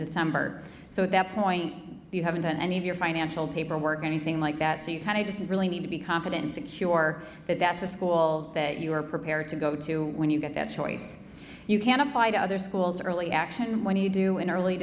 december so at that point you haven't done any of your financial paperwork or anything like that so you kind of just really need to be confident secure that that's a school that you are prepared to go to when you get that choice you can apply to other schools early action when you do an early